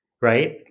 right